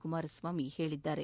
ಕುಮಾರಸ್ವಾಮಿ ಹೇಳಿದ್ದಾರೆ